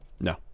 No